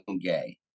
Gay